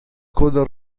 coda